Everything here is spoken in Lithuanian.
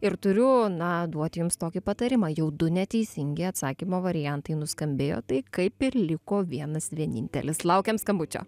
ir turiu na duoti jums tokį patarimą jau du neteisingi atsakymo variantai nuskambėjo tai kaip ir liko vienas vienintelis laukiam skambučio